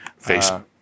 Facebook